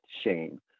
shame